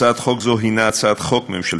הצעת חוק זו היא הצעת חוק ממשלתית.